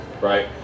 Right